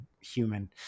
human